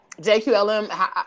JQLM